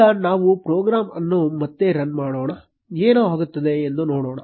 ಈಗ ನಾವು ಪ್ರೋಗ್ರಾಂ ಅನ್ನು ಮತ್ತೆ ರನ್ ಮಾಡೋಣ ಮತ್ತು ಏನಾಗುತ್ತದೆ ಎಂದು ನೋಡೋಣ